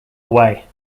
way